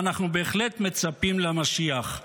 ואנחנו בהחלט מצפים למשיח.